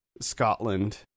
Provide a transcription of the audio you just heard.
scotland